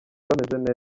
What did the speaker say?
bameze